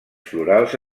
florals